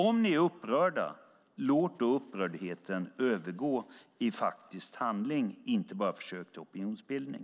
Om ni är upprörda, låt då upprördheten övergå i faktisk handling och inte bara försök till opinionsbildning!